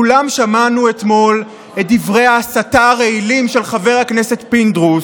כולנו שמענו אתמול את דברי ההסתה הרעילים של חבר הכנסת פינדרוס,